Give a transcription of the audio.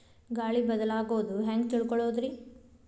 ಗಾಳಿ ಬದಲಾಗೊದು ಹ್ಯಾಂಗ್ ತಿಳ್ಕೋಳೊದ್ರೇ?